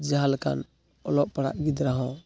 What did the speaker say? ᱡᱟᱦᱟᱸ ᱞᱮᱠᱟᱱ ᱚᱞᱚᱜ ᱯᱟᱲᱦᱟᱜ ᱜᱤᱫᱽᱨᱟᱹ ᱦᱚᱸ